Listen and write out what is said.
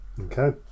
Okay